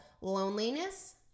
loneliness